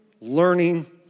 learning